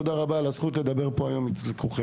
תודה רבה על הזכות לדבר פה היום בפניכם.